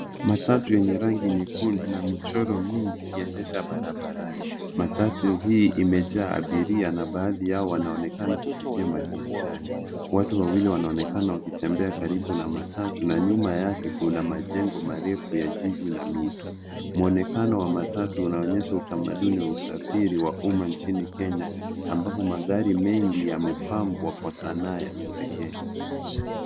Matatu yenye rangi nyekundu na michoro mingi ikiegesha barabarani. Matatu hii imejaa abiria na baadhi yao wanaonekana kupitia madirishani. Watu wawili wanaonekana wakitembea karibu na matatu, na nyuma yake kuna majengo marefu ya jiji na miti. Mwonekano wa matatu unaonyesha utamaduni wa usafiri wa umma nchini Kenya ambapo magari mengi yamepambwa kwa Sanaa ya kipekee.